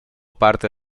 parte